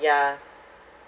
yeah